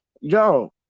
Yo